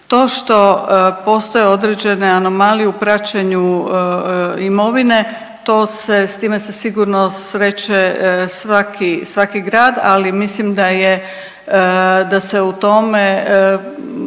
To što postoje određene anomalije u praćenju imovine to se s time se sigurno sreće svaki grad, ali mislim da je da se